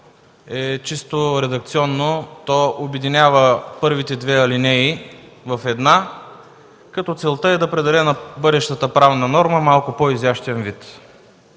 е чисто редакционно. То обединява първите две алинеи в една, като целта е да придаде на бъдещата правна норма малко по-изящен вид.